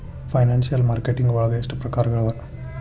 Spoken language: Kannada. ಫೈನಾನ್ಸಿಯಲ್ ಮಾರ್ಕೆಟಿಂಗ್ ವಳಗ ಎಷ್ಟ್ ಪ್ರಕ್ರಾರ್ಗಳವ?